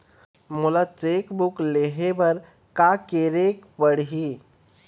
मोला cheque book लेहे बर का केरेक पढ़ही?